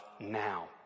now